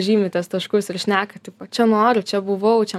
žymitės taškus ir šnekat tipo čia noriu čia buvau čia